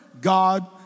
God